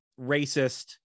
racist